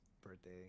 birthday